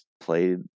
played